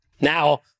Now